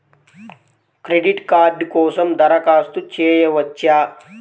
Credit card కోసం దరఖాస్తు చేయవచ్చా?